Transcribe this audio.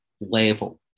level